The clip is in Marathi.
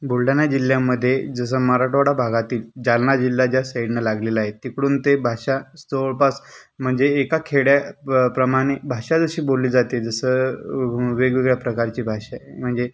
बुलढाणा जिल्ह्यामध्ये जसं मराठवाडा भागातील जालना जिल्हा ज्या साईडनं लागलेला आहे तिकडून ते भाषा जवळपास म्हणजे एका खेड्या प्रमाणे भाषा जशी बोलली जाते जसं वेगवेगळ्या प्रकारची भाषा म्हणजे